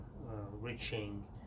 reaching